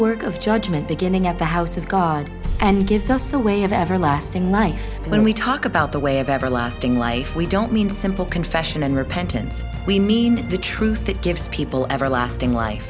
work of judgment beginning at the house of god and gives us the way of everlasting life when we talk about the way of everlasting life we don't mean simple confession and repentance we mean the truth that gives people everlasting life